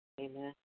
Amen